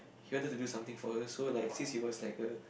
he wanted to do something for her so like since he was like a